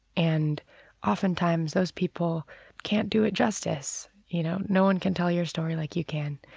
and oftentimes, those people can't do it justice. you know, no one can tell your story like you can,